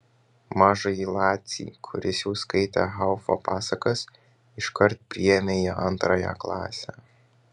mažąjį lacį kuris jau skaitė haufo pasakas iškart priėmė į antrąją klasę